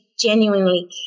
genuinely